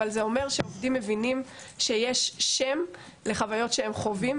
אבל זה אומר שעובדים מבינים שיש שם לחוויות שהם חווים,